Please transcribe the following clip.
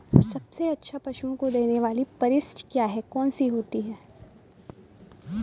सबसे अच्छा पशुओं को देने वाली परिशिष्ट क्या है? कौन सी होती है?